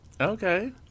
Okay